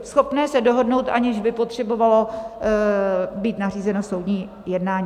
schopné se dohodnout, aniž by potřebovalo být nařízeno soudní jednání.